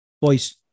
Boys